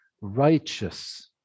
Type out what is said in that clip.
righteous